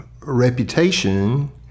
reputation